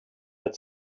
had